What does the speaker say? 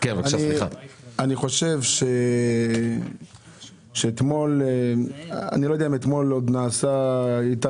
אני אומר שלזכותך זה לא בדיוק במגרש שלך להביא